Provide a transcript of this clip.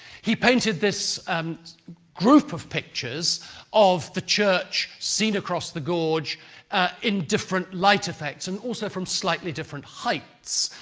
he painted this group of pictures of the church seen across the gorge in different light effects and also from slightly different heights.